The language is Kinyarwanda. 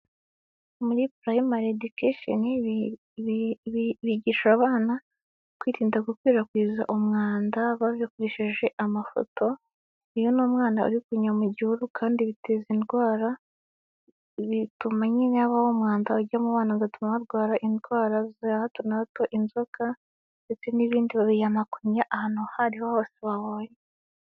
Muri Primary education, bigisha abana kwirinda gukwirakwiza umwanda babikoresheje amafoto. Uyu ni mwana uri kunya mu gihuru kandi biteza indwara, bituma nyine habaho umwanda ujya mu bana ugatuma barwara indwara za hato na hato inzoka ndetse n'ibindi babiyama kunnya ahantu aho ariho hose babonye.